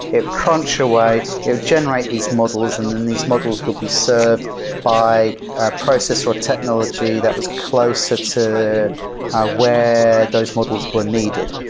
it crunch away. it would generate these models and then these models will be served by a process or a technology that was closer to where those models were needed.